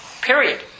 Period